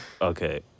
Okay